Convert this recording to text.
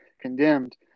condemned